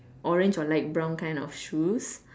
orange or light brown kind of shoes